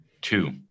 two